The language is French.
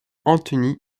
anthony